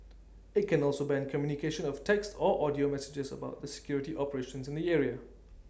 IT can also ban communication of text or audio messages about the security operations in the area